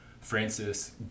Francis